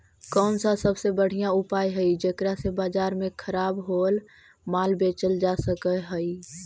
कौन सा सबसे बढ़िया उपाय हई जेकरा से बाजार में खराब होअल माल बेचल जा सक हई?